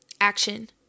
action